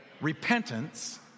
Repentance